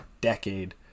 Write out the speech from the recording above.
decade